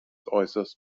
äußerst